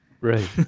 Right